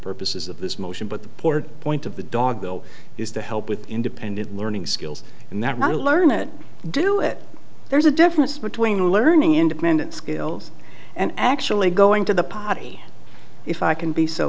purposes of this motion but the poor point of the dog though is to help with independent learning skills and that i learned do it there's a difference between learning independent skills and actually going to the potty if i can be so